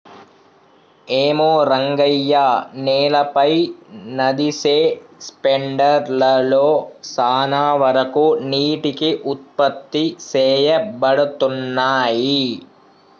ఏమో రంగయ్య నేలపై నదిసె స్పెండర్ లలో సాన వరకు నీటికి ఉత్పత్తి సేయబడతున్నయి